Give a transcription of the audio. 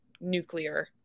nuclear